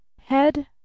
head